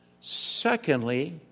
Secondly